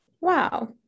wow